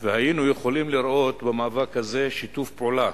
שהיינו יכולים לראות במאבק הזה שיתוף פעולה